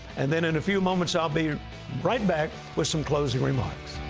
and then, in a few moments, i'll be right back with some closing remarks.